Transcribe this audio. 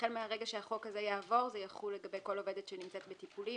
החל מהרגע שהחוק הזה יעבור זה יחול לגבי כל עובדת שנמצאת בטיפולים,